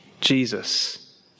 Jesus